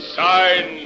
sign